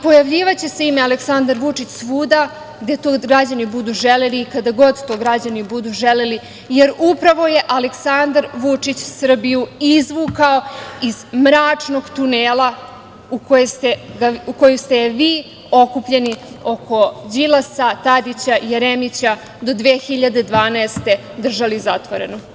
Pojavljivaće se ime Aleksandar Vučić svuda gde to građani budu želeli, kada god to građani budu želeli, jer upravo je Aleksandar Vučić Srbiju izvukao iz mračnog tunela u koju ste vi okupljeni oko Đilasa, Tadića, Jeremića do 2012. godine držali zatvorenu.